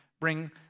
Bring